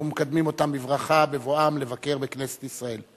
אנחנו מקדמים אותם בברכה בבואם לבקר בכנסת ישראל.